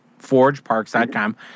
Forgeparks.com